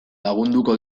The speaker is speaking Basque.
lagunduko